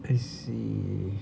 I see